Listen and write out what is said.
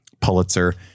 Pulitzer